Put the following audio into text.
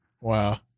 Wow